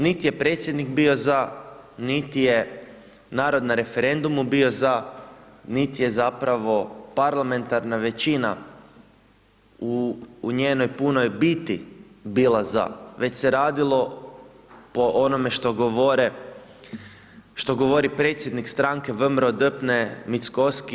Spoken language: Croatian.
Niti je predsjednik bio za, niti je narod na referendumu bio za, niti je zapravo parlamentarna većina u njenoj punoj biti bila za, već se radilo po onome što govore što govori predsjednik stranke VMRO-DPNE Mickovski.